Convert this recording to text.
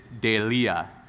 delia